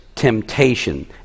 temptation